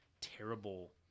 terrible